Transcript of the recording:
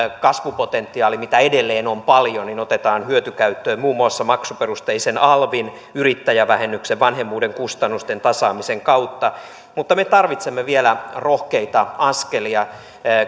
kasvupotentiaali mitä edelleen on paljon otetaan hyötykäyttöön muun muassa maksuperusteisen alvin yrittäjävähennyksen vanhemmuuden kustannusten tasaamisen kautta mutta me tarvitsemme vielä rohkeita askelia